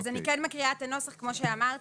אז אני כן מקריאה את הנוסח כמו שאמרתי.